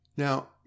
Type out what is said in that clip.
Now